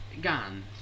gun